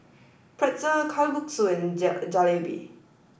Pretzel Kalguksu and Jalebi